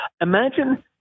imagine